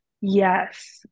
Yes